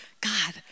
God